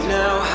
now